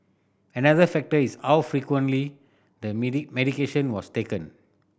another factor is how frequently the medication was taken